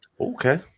Okay